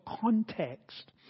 context